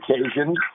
occasions